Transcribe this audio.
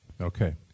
Okay